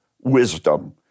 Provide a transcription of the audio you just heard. wisdom